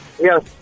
yes